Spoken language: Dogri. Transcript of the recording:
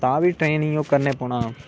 तां बी ट्रेन गी करने पौना